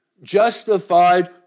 justified